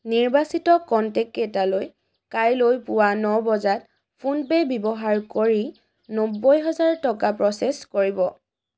নিৰ্বাচিত কনটেক্টকেইটালৈ কাইলৈ পুৱা ন বজাত ফোন পে' ব্যৱহাৰ কৰি নব্বৈ হাজাৰ টকা প্ৰ'চেছ কৰিব